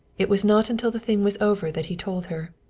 it was not until the thing was over that he told her.